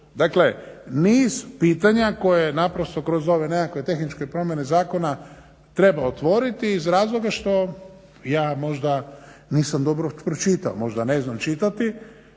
Dakle, niz pitanja koje naprosto kroz ove nekakve tehničke promjene zakona treba otvoriti iz razloga što ja možda nisam dobro pročitao, možda ne znam čitati